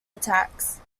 attacks